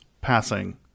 passing